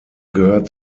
gehört